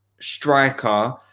striker